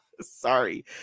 sorry